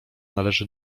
należy